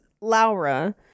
laura